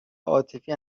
عاطفی